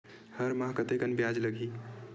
हर माह कतेकन ब्याज लगही?